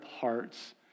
hearts